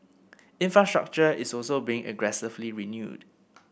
infrastructure is also being aggressively renewed